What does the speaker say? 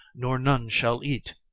nor none shall eat